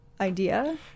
idea